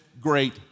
great